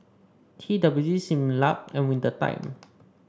T W G Similac and Winter Time